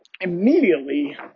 immediately